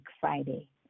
Friday